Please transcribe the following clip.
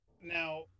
now